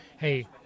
hey